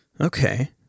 Okay